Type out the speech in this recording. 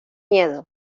miedo